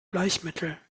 bleichmittel